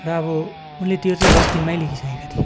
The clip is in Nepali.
र अब उनले त्यो चाहिँ दस दिनमै लेखिसकेका थिए